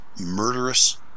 murderous